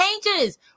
changes